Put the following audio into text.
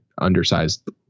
undersized